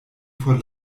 vor